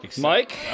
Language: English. Mike